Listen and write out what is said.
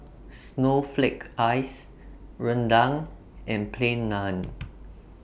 Snowflake Ice Rendang and Plain Naan